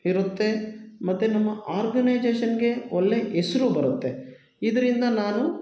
ಇರುತ್ತೆ ಮತ್ತೆ ನಮ್ಮ ಆರ್ಗನೈಜೇಷನ್ಗೆ ಒಳ್ಳೆ ಹೆಸ್ರು ಬರುತ್ತೆ ಇದರಿಂದ ನಾನು